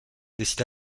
décida